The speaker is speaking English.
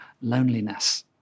loneliness